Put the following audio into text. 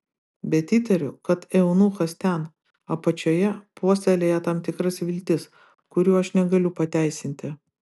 bet įtariu kad eunuchas ten apačioje puoselėja tam tikras viltis kurių aš negaliu pateisinti